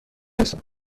هستند